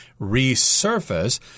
resurface